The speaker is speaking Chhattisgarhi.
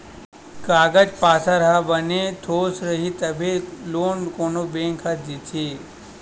कागज पाथर ह बने पोठ रइही तभे लोन कोनो बेंक ह देथे